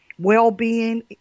Well-being